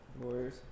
Warriors